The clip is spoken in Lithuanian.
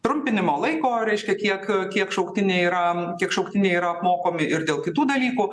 trumpinimo laiko reiškia kiek kiek šauktiniai yra kiek šauktiniai yra apmokomi ir dėl kitų dalykų